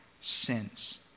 sins